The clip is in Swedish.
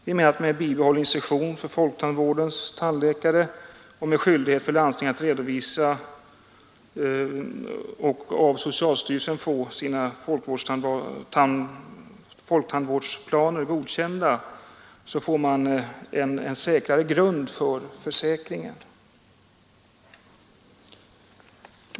I och med att vi bibehåller instruktionen för folktandvårdens tandläkare och skyldighet för landstingen att redovisa och få sina tandvårdsplaner godkända av socialstyrelsen får man en säkrare grund för försäkringen.